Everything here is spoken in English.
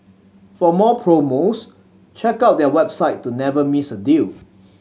for more promos check out their website to never miss a deal